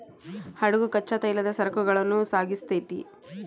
ಹಡಗು ಕಚ್ಚಾ ತೈಲದ ಸರಕುಗಳನ್ನ ಸಾಗಿಸ್ತೆತಿ